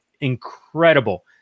incredible